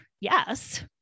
yes